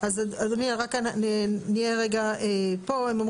גם פה אנחנו משנים את התאריכים?